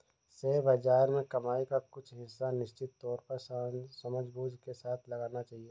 share बाज़ार में कमाई का कुछ हिस्सा निश्चित तौर पर समझबूझ के साथ लगाना चहिये